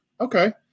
Okay